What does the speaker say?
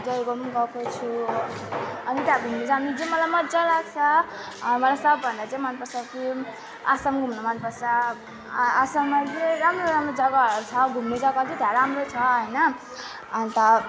जयगाउँम गएको छु अनि त्यहाँ घुम्नु जानु चाहिँ मलाई मजा लाग्छ मलाई सबभन्दा चाहिँ मन पर्छ कुन आसाम घुम्नु मन पर्छ आ आसाममा धेरै राम्रो राम्रो जग्गाहरू छ घुम्ने जग्गा चाहिँ त्यहाँ राम्रो छ हैन अनि त